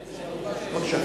בבקשה,